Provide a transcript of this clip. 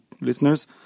listeners